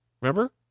remember